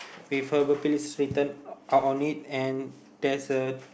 preferably sweeten out on it and there's a